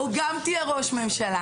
או גם תהיה ראש ממשלה.